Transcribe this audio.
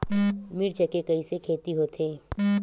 मिर्च के कइसे खेती होथे?